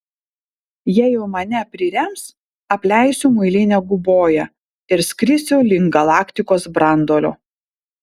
jei jau mane prirems apleisiu muilinę guboją ir skrisiu link galaktikos branduolio